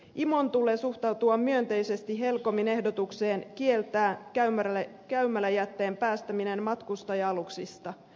imon tulee suhtautua myönteisesti helcomin ehdotukseen kieltää käymäläjätteen päästäminen matkustaja aluksista